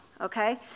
okay